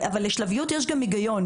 אבל לשלביות יש גם היגיון,